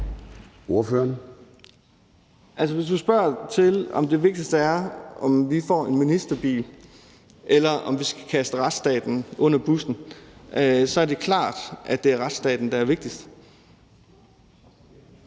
Hvis du spørger om, om det vigtigste er, om vi får en ministerbil, eller om vi skal kaste retsstaten under bussen, er det klart, at det er retsstaten, der er vigtigst.